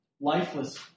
lifeless